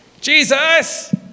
Jesus